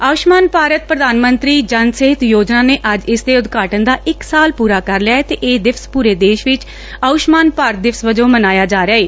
ਆਯੁਸ਼ਮਾਨ ਭਾਰਤ ਪ੍ਰਧਾਨ ਮੰਤਰੀ ਜਨ ਸਿਹਤ ਯੋਜਨਾ ਨੇ ਅੱਜ ਇਸ ਦੇ ਉਦਘਾਟਨ ਦਾ ਇਕ ਸਾਲ ਪੁਰਾ ਕਰ ਲਿਆ ਏ ਅਤੇ ਇਹ ਦਿਵਸ ਪੂਰੇ ਦੇਸ਼ ਵਿਚ ਆਯੂਸ਼ਮਾਨ ਭਾਰਤ ਦਿਵਸ ਵਜੋਂ ਮਨਾਇਆ ਜਾ ਰਿਹੈ